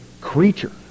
creature